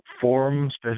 forms